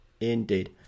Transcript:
Indeed